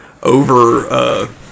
Over